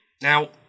Now